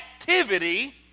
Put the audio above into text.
activity